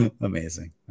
amazing